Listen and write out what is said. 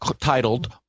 titled